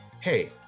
hey